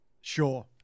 Sure